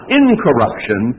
incorruption